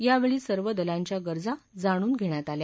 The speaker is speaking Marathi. यावेळी सर्व दलांच्या गरजा जाणून घेण्यात आल्या